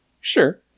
Sure